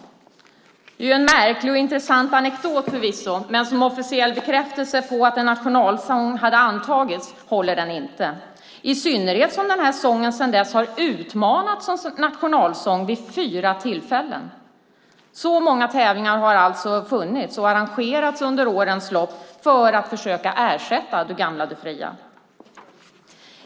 Det är förvisso en märklig och intressant anekdot, men som officiell bekräftelse på att en nationalsång hade antagits håller den inte, i synnerhet som sången sedan dess har utmanats som nationalsång vid fyra tillfällen. Så många tävlingar har alltså funnits och arrangerats under årens lopp för att försöka ersätta Du gamla, du fria .